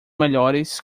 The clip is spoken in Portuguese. melhores